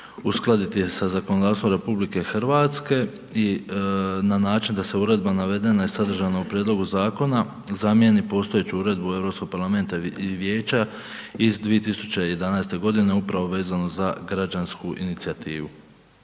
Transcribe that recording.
uskladiti je sa zakonodavstvom RH i na način da uredba navedena i sadržana u prijedlogu zakona zamijeni postojeću Uredbu Europskog parlamenta i Vijeća iz 2011. godine upravo vezano za građansku inicijativu.